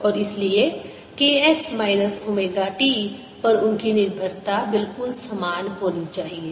और इसलिए k x minus omega t पर उनकी निर्भरता बिल्कुल समान होनी चाहिए